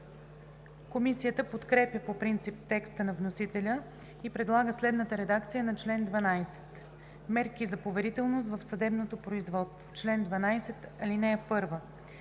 Комисията подкрепя по принцип текста на вносителя и предлага следната редакция на чл. 12: „Мерки за поверителност в съдебното производство Чл. 12. (1)